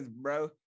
bro